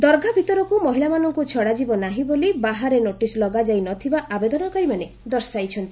ଦରଘା ଭିତରକୁ ମହିଳାମାନଙ୍କୁ ଛଡ଼ାଯିବ ନାହିଁ ବୋଲି ବାହାରେ ନୋଟିସ୍ ଲଗାଯାଇନଥିବା ଆବେଦନକାରୀମାନେ ଦର୍ଶାଇଛନ୍ତି